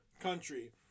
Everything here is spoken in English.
country